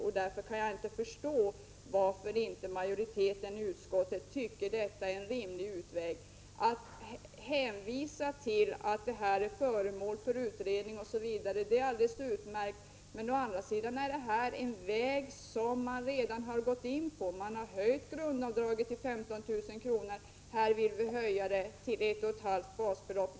Jag kan därför inte förstå varför inte majoriteten i utskottet tycker att detta är en rimlig utväg. Det är utmärkt att frågan är föremål för utredning, men det är felaktigt att hänvisa till det när man inte vill bifalla förslaget. Detta är en väg som vi redan har gått in på när grundavdraget höjdes till 15 000 kr. Vi vill höja det till ett och ett halvt basbelopp.